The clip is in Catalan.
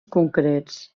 concrets